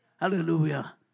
Hallelujah